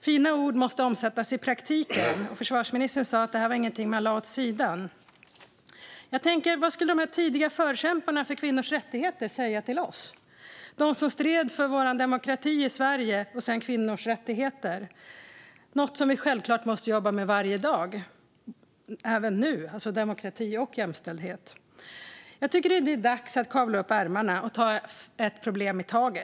Fina ord måste omsättas i praktiken. Försvarsministern sa att det här inte är någonting man lägger åt sidan. Jag funderar över vad de tidiga förkämparna för kvinnors rättigheter och demokrati skulle säga till oss. Både demokrati och jämställdhet är ju något som vi självklart måste jobba för varje dag även nu. Jag tycker att det är dags att kavla upp ärmarna och ta ett problem i taget.